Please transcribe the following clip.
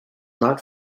not